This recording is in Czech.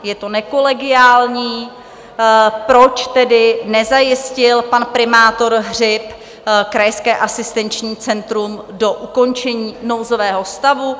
Je to nekolegiální, proč tedy nezajistil pan primátor Hřib krajské asistenční centrum do ukončení nouzového stavu?